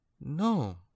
No